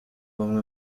bamwe